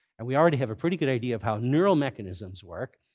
and we already have a pretty good idea of how neural mechanisms work.